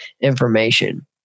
information